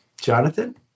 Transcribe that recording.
Jonathan